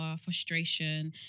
frustration